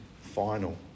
final